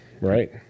Right